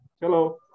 hello